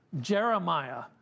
Jeremiah